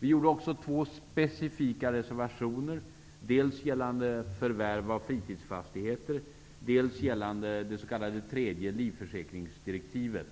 Vi gjorde också två specifika reservationer, dels gällande förvärv av fritidsfastigheter, dels gällande det s.k. tredje livförsäkringsdirektivet.